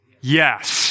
Yes